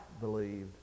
believed